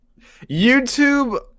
YouTube